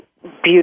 beautiful